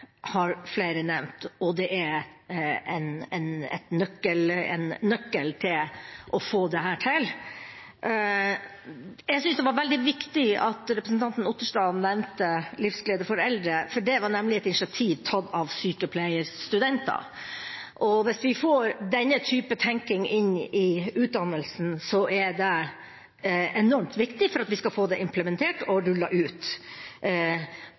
var veldig viktig at representanten Otterstad nevnte Livsglede for Eldre, for det var nemlig et initiativ tatt av sykepleierstudenter. Hvis vi får denne type tenking inn i utdannelsen, er det enormt viktig for å få det implementert og rullet ut